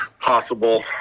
possible